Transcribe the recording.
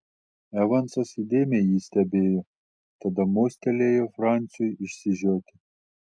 evansas įdėmiai jį stebėjo tada mostelėjo franciui išsižioti